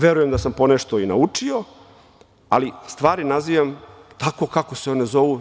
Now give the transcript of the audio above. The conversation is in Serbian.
Verujem da sam ponešto i naučio, ali stvari nazivam tako kako se one zovu.